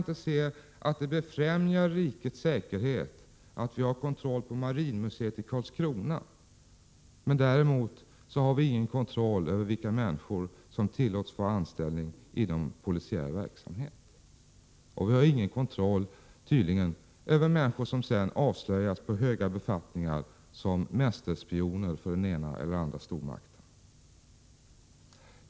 Det befrämjar inte rikets säkerhet att vi har kontroll på marinmuseet i Karlskrona men däremot ingen kontroll på de människor som tillåts få anställning inom polisiär verksamhet. Vi har tydligen ingen kontroll när det gäller människor på höga befattningar, som sedan avslöjas som mästerspioner för den ena eller andra stormakten.